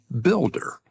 builder